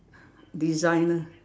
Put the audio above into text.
designer